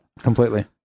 Completely